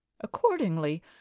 Accordingly